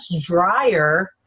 drier